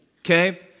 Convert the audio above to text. okay